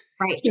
Right